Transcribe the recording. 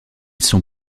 sont